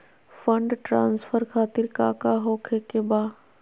Fund transfer खातिर काका होखे का बा?